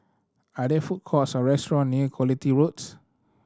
are there food courts or restaurant near Quality Roads